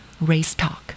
racetalk